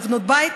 לבנות בית